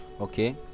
okay